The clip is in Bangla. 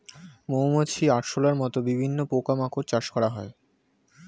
মৌমাছি, আরশোলার মত বিভিন্ন পোকা মাকড় চাষ করা হয়